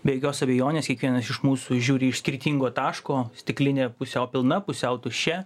be jokios abejonės kiekvienas iš mūsų žiūri iš skirtingo taško stiklinė pusiau pilna pusiau tuščia